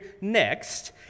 next